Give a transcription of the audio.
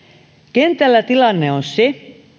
kentällä tilanne on se